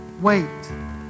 wait